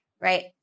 right